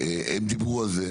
הם דיברו על זה.